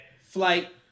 Flight